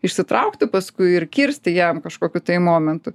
išsitraukti paskui ir kirsti jam kažkokiu tai momentu